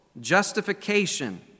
Justification